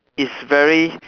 it's very